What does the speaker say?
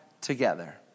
together